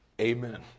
Amen